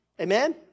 Amen